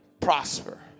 prosper